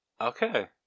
Okay